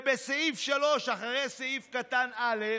בסעיף 3, אחרי סעיף קטן (א)